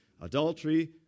Adultery